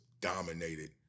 dominated